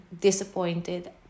disappointed